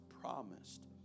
promised